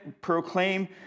proclaim